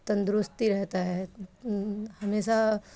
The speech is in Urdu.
تندرستی رہتا ہے ہمیشہ